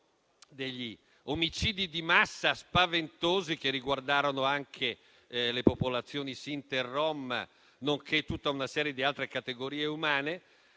degli omicidi di massa spaventosi, che riguardarono anche le popolazioni sinti e rom, nonché tutta una serie di altre categorie umane.